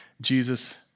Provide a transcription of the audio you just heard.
Jesus